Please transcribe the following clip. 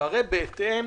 בהתאם,